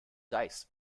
dice